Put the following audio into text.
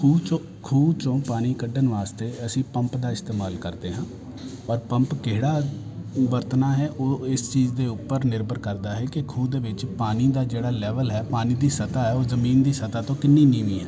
ਖੂਹ 'ਚੋਂ ਖੂਹ 'ਚੋਂ ਪਾਣੀ ਕੱਢਣ ਵਾਸਤੇ ਅਸੀਂ ਪੰਪ ਦਾ ਇਸਤੇਮਾਲ ਕਰਦੇ ਹਾਂ ਔਰ ਪੰਪ ਕਿਹੜਾ ਵਰਤਣਾ ਹੈ ਉਹ ਇਸ ਚੀਜ਼ ਦੇ ਉੱਪਰ ਨਿਰਭਰ ਕਰਦਾ ਹੈ ਕਿ ਖੂਹ ਦੇ ਵਿੱਚ ਪਾਣੀ ਦਾ ਜਿਹੜਾ ਲੈਵਲ ਹੈ ਪਾਣੀ ਦੀ ਸਤਾ ਹੈ ਉਹ ਜ਼ਮੀਨ ਦੀ ਸਤਾ ਤੋਂ ਕਿੰਨੀ ਨੀਵੀਂ ਹੈ